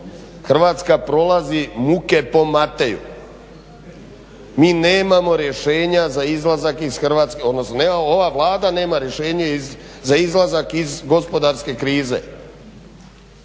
Hrvatska prolazi muke po Meteju, mi nemamo rješenja za izlazak, odnosno ova Vlada nema rješenje za izlazak iz gospodarske krize